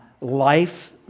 life